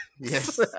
yes